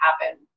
happen